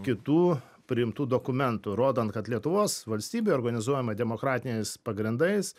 kitų priimtų dokumentų rodant kad lietuvos valstybė organizuojama demokratiniais pagrindais